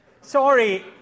Sorry